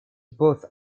both